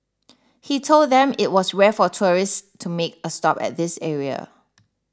he told them it was rare for tourists to make a stop at this area